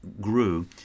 grew